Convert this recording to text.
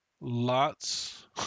Lots